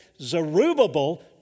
Zerubbabel